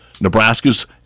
Nebraska's